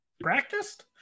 Practiced